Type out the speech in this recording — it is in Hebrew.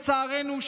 לצערנו,